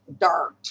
dirt